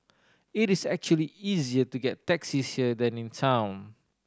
it is actually easier to get taxis here than in town